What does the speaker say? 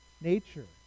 nature